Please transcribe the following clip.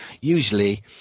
usually